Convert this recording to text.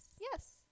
yes